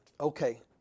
Okay